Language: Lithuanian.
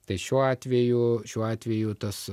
tai šiuo atveju šiuo atveju tas